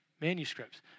manuscripts